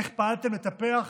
איך פעלתם לטפח